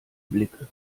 blicke